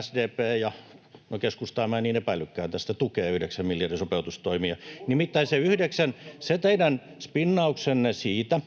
SDP — keskustaa minä en niin epäillytkään tästä — tukee yhdeksän miljardin sopeutustoimia. [Aki Lindénin välihuuto] Nimittäin se teidän spinnauksenne siitä,